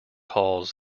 halls